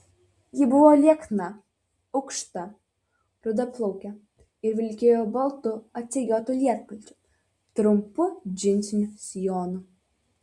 ji buvo liekna aukšta rudaplaukė ir vilkėjo baltu atsegiotu lietpalčiu trumpu džinsiniu sijonu